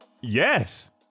Yes